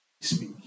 speak